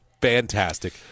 fantastic